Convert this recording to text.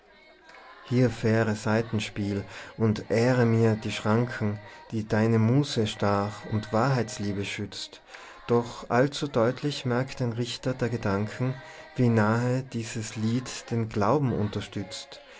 hier feire saitenspiel und ehre mir die schranken die deine muse stach und wahrheitsliebe schützt doch allzu deutlich merkt ein richter der gedanken wie nahe dieses lied den glauben unterstützt